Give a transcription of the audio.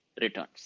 returns